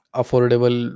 affordable